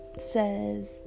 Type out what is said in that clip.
says